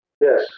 Yes